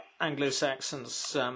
Anglo-Saxons